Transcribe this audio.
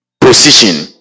position